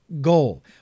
goal